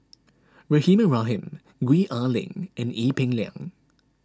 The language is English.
Rahimah Rahim Gwee Ah Leng and Ee Peng Liang